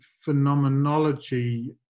phenomenology